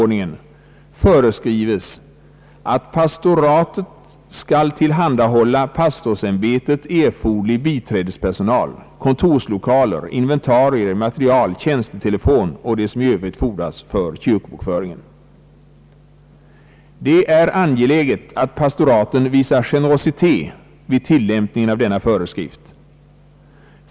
Det är angeläget att pastoraten visar generositet vid tillämpningen av denna föreskrift.